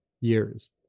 years